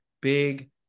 big